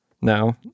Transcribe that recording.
no